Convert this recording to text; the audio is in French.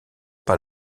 par